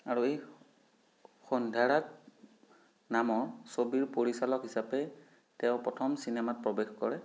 আৰু এই সন্ধ্যাৰাগ নামৰ ছবিৰ পৰিচালক হিচাপে তেওঁ প্ৰথম চিনেমাত প্ৰৱেশ কৰে